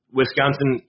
Wisconsin